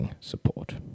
support